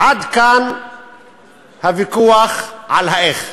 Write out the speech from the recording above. עד כאן הוויכוח על האיך.